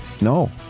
No